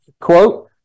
Quote